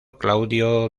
claudio